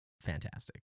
fantastic